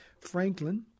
Franklin